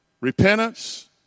repentance